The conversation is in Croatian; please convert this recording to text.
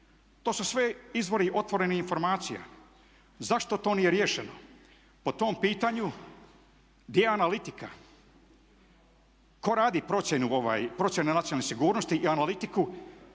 To su sve izvori otvorenih informacija. Zašto to nije riješeno? Po tom pitanju di je analitika, ko radi procjene nacionalne sigurnosti i analitiku?